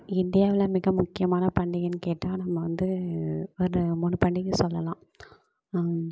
இந்தியாவில் மிக முக்கியமான பண்டிகைன்னு கேட்டால் நம்ம வந்து ஒரு மூணு பண்டிகை சொல்லலாம்